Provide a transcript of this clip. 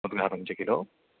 मुद्गः पञ्च किलो